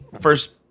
first